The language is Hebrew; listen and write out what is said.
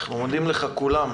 אנחנו מודים לך כולם.